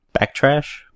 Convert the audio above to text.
Backtrash